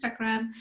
Instagram